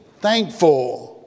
thankful